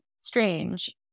strange